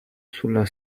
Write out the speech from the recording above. sulla